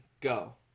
go